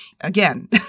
again